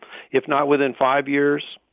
if not within five years,